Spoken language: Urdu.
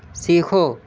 سیکھو